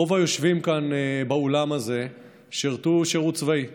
רוב היושבים כאן באולם הזה שירתו שירות צבאי